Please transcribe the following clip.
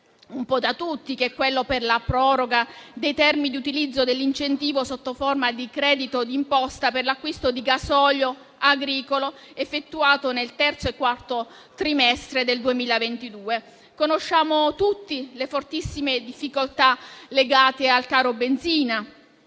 un po' da tutti, che è quello per la proroga dei termini di utilizzo dell'incentivo sotto forma di credito d'imposta per l'acquisto di gasolio agricolo effettuato nel terzo e quarto trimestre del 2022. Conosciamo tutti le fortissime difficoltà legate al caro benzina.